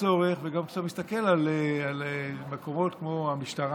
וגם כשאתה מסתכל על מקומות כמו המשטרה,